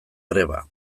greba